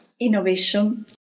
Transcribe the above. innovation